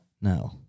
No